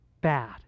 bad